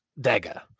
dagger